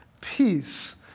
peace